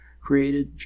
created